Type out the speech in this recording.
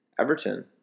Everton